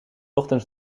ochtends